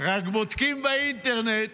רק בודקים באינטרנט